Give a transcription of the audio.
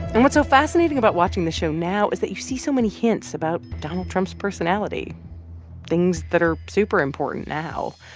and what's so fascinating about watching the show now is that you see so many hints about donald trump's personality things that are super important now,